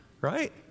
right